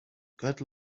good